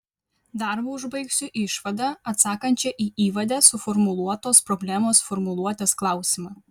darbą užbaigsiu išvada atsakančia į įvade suformuluotos problemos formuluotės klausimą